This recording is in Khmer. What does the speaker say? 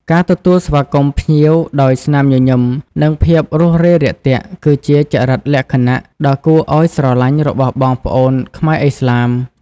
ការទទួលស្វាគមន៍ភ្ញៀវដោយស្នាមញញឹម និងភាពរួសរាយរាក់ទាក់ គឺជាចរិតលក្ខណៈដ៏គួរឱ្យស្រឡាញ់របស់បងប្អូនខ្មែរឥស្លាម។